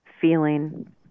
feeling